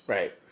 Right